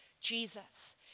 Jesus